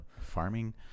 farming